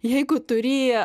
jeigu turi